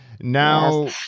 Now